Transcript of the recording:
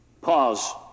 Pause